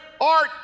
art